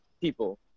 people